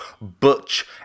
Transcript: butch